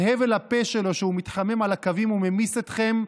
בהבל הפה שלו שהוא מתחמם על הקווים הוא ממס אתכם.